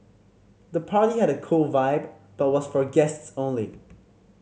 the party had a cool vibe but was for guests only